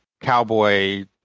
cowboy